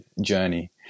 journey